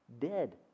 dead